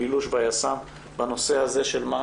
הבילוש והיס"מ בנושא הזה של מה